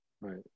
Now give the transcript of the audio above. Right